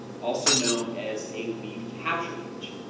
also known as a lead capture page.